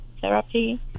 therapy